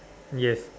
yes